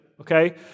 okay